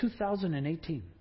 2018